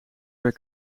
per